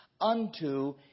unto